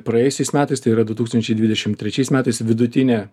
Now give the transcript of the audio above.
praėjusiais metais tai yra du tūkstančiai dvidešim trečiais metais vidutinė